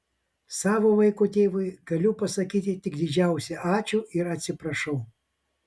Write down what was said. savo vaiko tėvui galiu pasakyti tik didžiausią ačiū ir atsiprašau